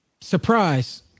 surprise